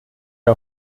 ihr